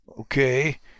Okay